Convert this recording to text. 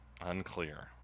Unclear